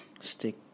stick